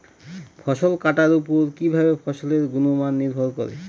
ফসল কাটার উপর কিভাবে ফসলের গুণমান নির্ভর করে?